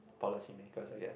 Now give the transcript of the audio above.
policy makers I guess